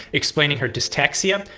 explaining her dystaxia,